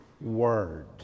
Word